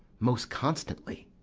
most constantly.